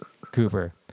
Cooper